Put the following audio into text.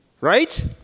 Right